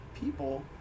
people